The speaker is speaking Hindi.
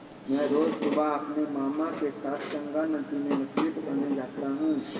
मैं रोज सुबह अपने मामा के साथ गंगा नदी में मछली पकड़ने जाता हूं